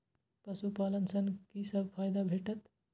पशु पालन सँ कि सब फायदा भेटत?